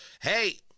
hey